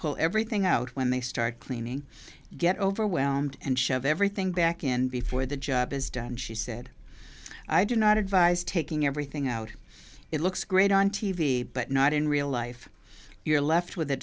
pull everything out when they start cleaning get overwhelmed and shove everything back in before the job is done she said i do not advise taking everything out it looks great on t v but not in real life you're left with a